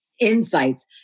Insights